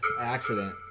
accident